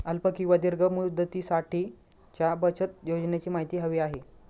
अल्प किंवा दीर्घ मुदतीसाठीच्या बचत योजनेची माहिती हवी आहे